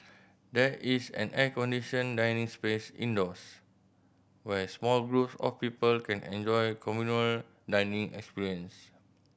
there is an air conditioned dining space indoors where small groups of people can enjoy communal dining experience